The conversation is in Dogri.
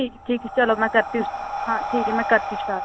ठीक ठीक चलो मैं करती हूं हां ठीक है मैं करती हूं स्टार्ट